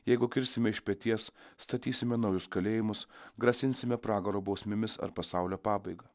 jeigu kirsime iš peties statysime naujus kalėjimus grasinsime pragaro bausmėmis ar pasaulio pabaiga